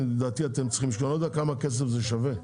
לדעתי אתם צריכים לא יודע כמה כסף זה שווה,